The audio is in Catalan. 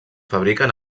fabriquen